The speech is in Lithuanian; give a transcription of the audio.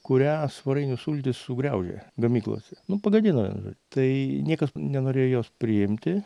kurią svarainių sultys sugriaužė gamyklose nu pagadino tai niekas nenorėjo jos priimti